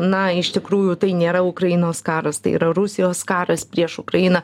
na iš tikrųjų tai nėra ukrainos karas tai yra rusijos karas prieš ukrainą